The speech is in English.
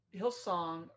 Hillsong